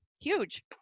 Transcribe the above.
huge